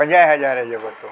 पंजाहु हज़ार जो वरितो